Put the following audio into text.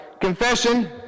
Confession